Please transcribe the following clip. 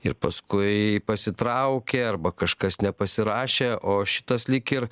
ir paskui pasitraukė arba kažkas nepasirašė o šitas lyg ir